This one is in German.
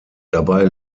dabei